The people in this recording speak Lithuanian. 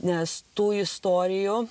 nes tų istorijų